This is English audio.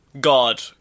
God